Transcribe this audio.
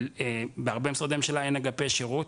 אבל בהרבה ממשרדי הממשלה אין אגפי שירות